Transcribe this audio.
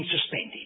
suspended